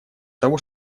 того